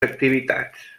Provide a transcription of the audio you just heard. activitats